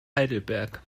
heidelberg